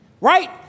Right